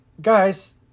guys